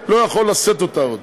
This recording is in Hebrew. לא יכול לשאת אותה עוד.